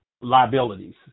liabilities